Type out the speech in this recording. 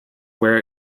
where